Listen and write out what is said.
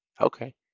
Okay